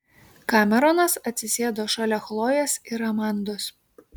kameronas atsisėdo šalia chlojės ir amandos